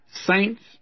saints